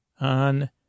on